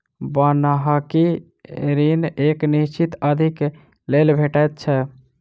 बन्हकी ऋण एक निश्चित अवधिक लेल भेटैत छै